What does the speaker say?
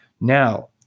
Now